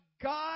God